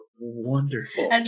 wonderful